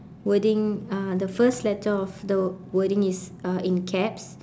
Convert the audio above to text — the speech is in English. wording uh the first letter of the wordings is uh in caps